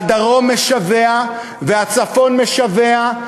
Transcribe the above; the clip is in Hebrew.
והדרום משווע, והצפון משווע,